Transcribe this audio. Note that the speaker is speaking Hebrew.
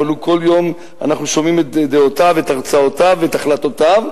אבל כל יום אנחנו שומעים את דעותיו ואת הרצאותיו ואת החלטותיו,